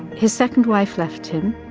his second wife left him.